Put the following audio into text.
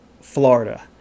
Florida